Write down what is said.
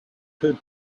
had